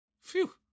Phew